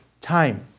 time